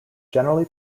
generally